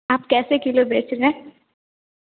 आप कैसे किलो बेच रहे हैं